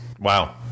wow